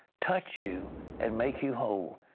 touch you and make you whole.